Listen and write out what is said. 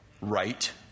right